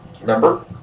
Remember